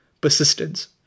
persistence